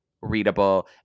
readable